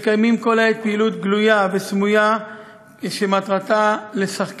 מקיימים כל העת פעילות גלויה וסמויה שמטרתה לסכל